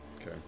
Okay